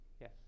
Yes